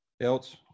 else